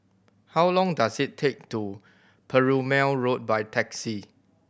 how long does it take to Perumal Road by taxi